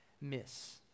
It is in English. miss